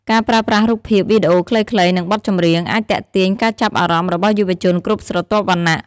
ការប្រើប្រាស់រូបភាព វីដេអូខ្លីៗ និងបទចម្រៀង អាចទាក់ទាញការចាប់អារម្មណ៍របស់យុវជនគ្រប់ស្រទាប់វណ្ណៈ។